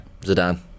Zidane